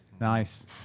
Nice